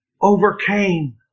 overcame